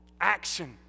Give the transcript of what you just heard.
action